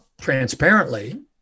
transparently